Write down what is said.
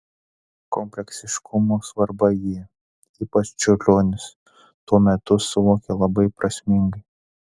kompleksiškumo svarbą jie ypač čiurlionis tuo metu suvokė labai prasmingai